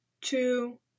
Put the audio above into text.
two